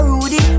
Rudy